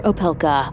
Opelka